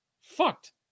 fucked